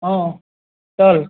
હા સારું